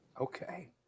Okay